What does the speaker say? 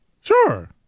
Sure